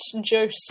juice